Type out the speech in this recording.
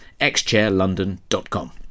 xchairlondon.com